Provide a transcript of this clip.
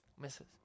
misses